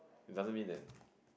it doesn't mean that